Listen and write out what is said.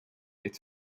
its